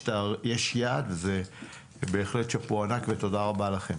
יש יעד בהחלט שאפו ענק ותודה רבה לכם.